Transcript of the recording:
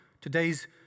Today's